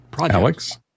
Alex